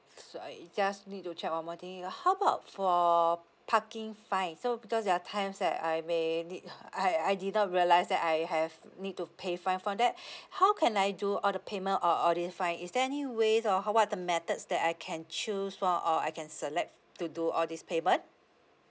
so I just need to check one more thing how about for parking fine so because there are times that I may need I I didn't realise that I have need to pay fine for that how can I do all the payment on all these fine is there any ways or ho~ what are the methods that I can choose from or I can select to do all this payment